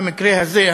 במקרה הזה,